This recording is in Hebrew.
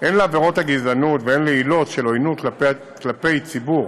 הן לעבירות גזענות והן לעילות של עוינות כלפי ציבור